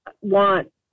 want